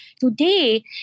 today